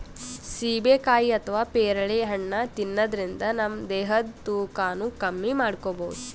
ಸೀಬೆಕಾಯಿ ಅಥವಾ ಪೇರಳೆ ಹಣ್ಣ್ ತಿನ್ನದ್ರಿನ್ದ ನಮ್ ದೇಹದ್ದ್ ತೂಕಾನು ಕಮ್ಮಿ ಮಾಡ್ಕೊಬಹುದ್